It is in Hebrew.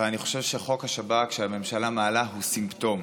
אבל אני חושב שחוק השב"כ שהממשלה מעלה הוא סימפטום,